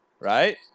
right